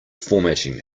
formatting